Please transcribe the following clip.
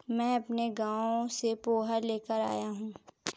मैं अपने गांव से पोहा लेकर आया हूं